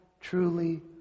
truly